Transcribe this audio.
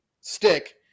stick